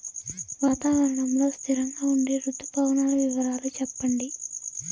వాతావరణం లో స్థిరంగా ఉండే రుతు పవనాల వివరాలు చెప్పండి?